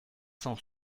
sans